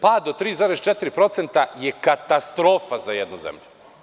Pad od 3,4% je katastrofa za jednu zemlju.